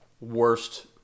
worst